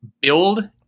build